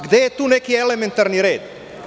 Gde je tu neki elementarni red?